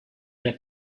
per